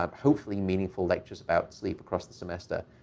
um hopefully, meaningful lectures about sleep across the semester.